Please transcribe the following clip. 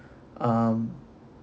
um